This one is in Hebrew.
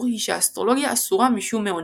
היא שהאסטרולוגיה אסורה משום מעונן.